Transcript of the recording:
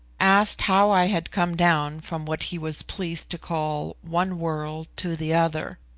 asked how i had come down from what he was pleased to call one world to the other.